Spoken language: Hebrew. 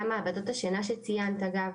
גם מעבדות השינה שציינת אגב,